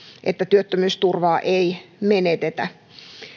että työttömyysturvaa ei menetetä